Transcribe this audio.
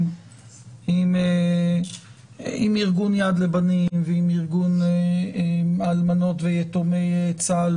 עם ארגון 'יד לבנים' ועם ארגון אלמנות ויתומי צה"ל,